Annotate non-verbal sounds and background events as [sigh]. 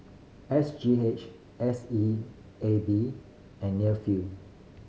S G H S E A B and [unintelligible]